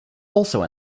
also